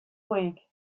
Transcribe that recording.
plague